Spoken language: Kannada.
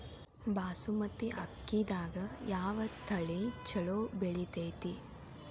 ಬಾಸುಮತಿ ಅಕ್ಕಿದಾಗ ಯಾವ ತಳಿ ಛಲೋ ಬೆಳಿತೈತಿ?